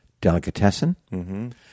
Delicatessen